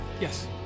Yes